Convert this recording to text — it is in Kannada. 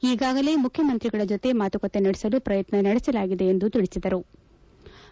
ಈಗಾಗಲೇ ಮುಖ್ಣಮಂತ್ರಿಗಳ ಜೊತೆ ಮಾತುಕತೆ ನಡೆಸಲು ಪ್ರಯತ್ನ ನಡೆಸಲಾಗಿದೆ ಎಂದು ತಿಳಿಬದರು